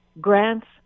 grants